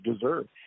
deserve